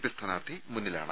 P സ്ഥാനാർത്ഥി മുന്നിലാണ്